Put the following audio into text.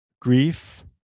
grief